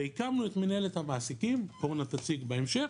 הקמנו את מינהלת המעסיקים אורנה תציג בהמשך